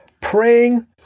praying